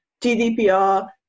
GDPR